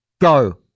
go